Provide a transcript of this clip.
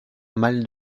mal